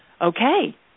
okay